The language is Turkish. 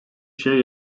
şey